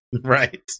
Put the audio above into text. Right